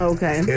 Okay